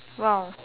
!wow!